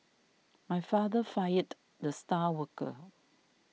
my father fired the star worker